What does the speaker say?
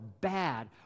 bad